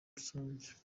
rusange